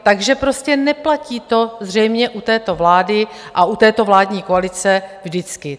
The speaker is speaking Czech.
Takže to prostě neplatí zřejmě u této vlády a u této vládní koalice vždycky.